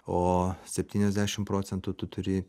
o septyniasdešim procentų tu turi